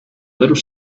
little